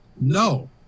no